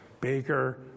Baker